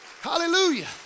Hallelujah